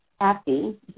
happy